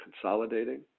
consolidating